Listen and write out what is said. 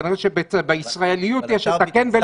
כנראה בישראליות יש את הכן ולא.